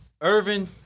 Irvin